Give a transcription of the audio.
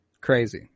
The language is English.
Crazy